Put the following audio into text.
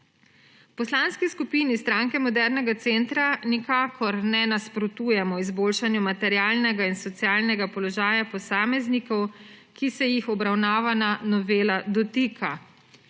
Poslanski skupini Stranke modernega centra nikakor ne nasprotujemo izboljšanju materialnega in socialnega položaja posameznikov, ki se jih obravnavana novela dotika.